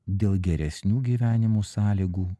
dėl geresnių gyvenimo sąlygų